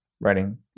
writing